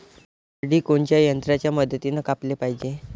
करडी कोनच्या यंत्राच्या मदतीनं कापाले पायजे?